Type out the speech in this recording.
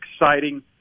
exciting